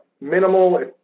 minimal